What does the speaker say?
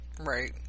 Right